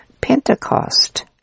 Pentecost